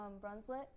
Brunswick